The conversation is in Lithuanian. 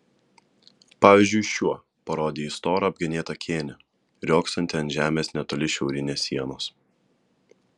pavyzdžiui šiuo parodė į storą apgenėtą kėnį riogsantį ant žemės netoli šiaurinės sienos